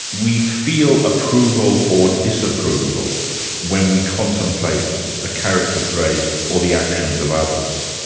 we feel approval or disapproval when we contemplate the character traits or the actions of others.